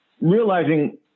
realizing